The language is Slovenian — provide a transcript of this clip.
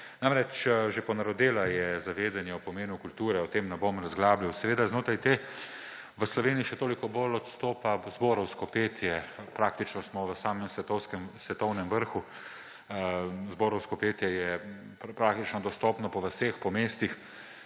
Že ponarodelo je zavedanje o pomenu kulture, o tem ne bom razglabljal. Znotraj te v Sloveniji še toliko bolj izstopa zborovsko petje. Praktično smo v samem svetovnem vrhu. Zborovsko petje je praktično dostopno po vaseh, po mestih.